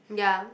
ya